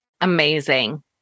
Amazing